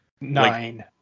Nine